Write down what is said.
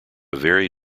very